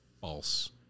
false